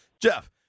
Jeff